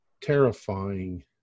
terrifying